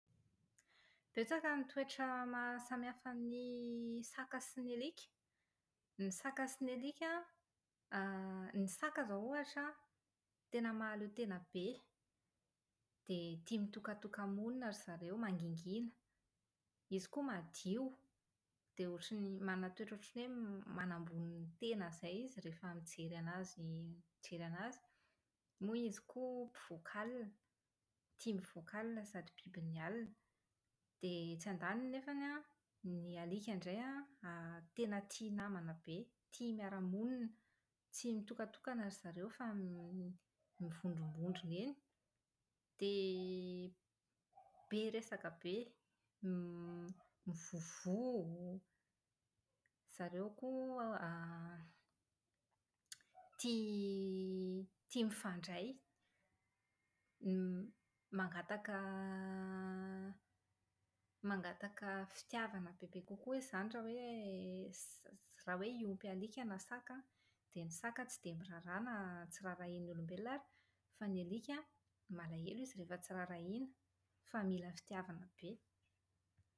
Betsaka ny toetra mahasamihafa ny saka sy ny alika. Ny saka sy ny alika an, ny saka izao ohatra an, tena mahaleotena be, dia tia mitokatoka-monina ry zareo, mangingina, izy koa madio, dia ohatra ny manana toetra ohatra ny hoe manambony tena izay izy rehefa mijery an'azy, mijery an'azy. Moa izy koa mpivoaka alina. Tia mivoaka alina sady bibin'ny alina. Dia etsy andaniny nefany an, ny alika indray an, tena tia namana be, tia miara-monina. Tsy mitokatokana ry zareo fa mi- mivondrombondrona eny. Dia be resaka be, > mivovoho, zareo koa > tia tia mifandray. > mangataka mangataka fitiavana bebe kokoa izy izany raha hoe s- raha hoe hiompy alika na saka an, dia ny saka tsy dia miraharaha na tsy raharahian'ny olombelona ary, fa ny alika malahelo izy rehefa tsy raharahiana fa mila fitiavana be.